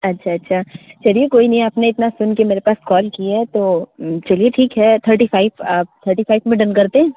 अच्छा अच्छा चलिए कोई नहीं आपने इतना सुन कर मेरे पास कॉल किया है तो चलिए ठीक है थर्टी फाइप आप थर्टी फाइप में डन करते हैं